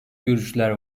görüşler